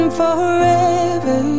forever